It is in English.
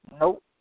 nope